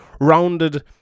rounded